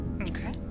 Okay